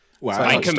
Wow